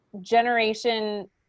Generation